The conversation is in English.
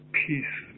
peace